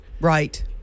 Right